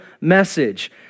message